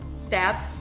Stabbed